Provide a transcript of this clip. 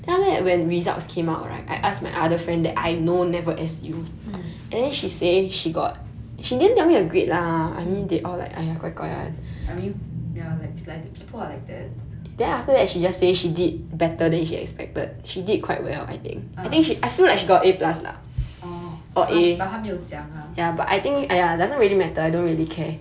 mm mm I mean ya like it's like people are like that mm ah orh !huh! but 她没有讲 !huh!